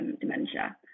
dementia